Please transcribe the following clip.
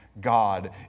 God